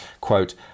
quote